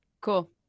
cool